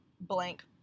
blank